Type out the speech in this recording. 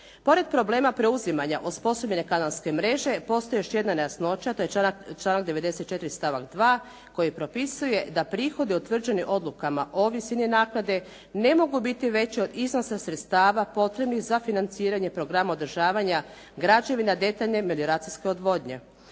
Pored problema preuzimanja osposobljene kanalske mreže postoji još jedna nejasnoća, a to je članak 94. stavak 2. koji propisuje da prihodi utvrđeni odlukama o visini naknade ne mogu biti veći od iznosa sredstava potrebnih za financiranje programa održavanja građevina detaljne melioracijske odvodnje.